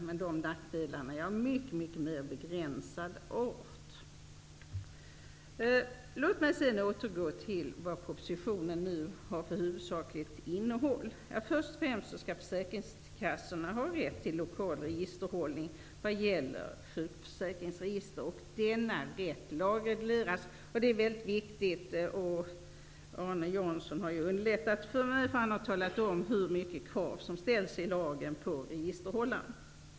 Men de nackdelarna är av mycket begränsad art. Låt mig sedan återgå till det huvudsakliga innehållet i propositionen. Först och främst skall försäkringskassorna ha rätt till lokal registerhållning av sjukförsäkringsregister. Denna rätt lagregleras. Det är mycket viktigt. Arne Jansson har underlättat för mig. Han har talat om de många krav som ställs på registerhållaren i lagen.